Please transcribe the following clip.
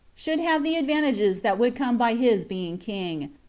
should have the advantages that would come by his being king,